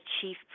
chief